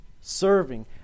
serving